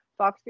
Foxfield